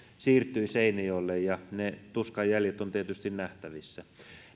siirtyi seinäjoelle ja ne tuskan jäljet ovat tietysti nähtävissä